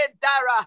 Dara